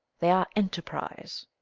they are enterprise.